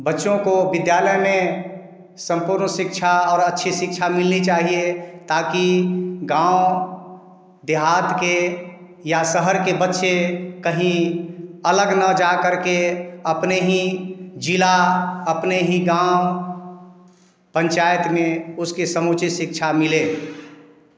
बच्चों को विद्यालय में सम्पूर्ण शिक्षा और अच्छी शिक्षा मिलनी चाहिए ताकि गाँव देहात के या शहर के बच्चें कहीं अलग न जाकर के अपने ही जिला अपने ही गाँव पंचायत में उसके समुचित शिक्षा मिले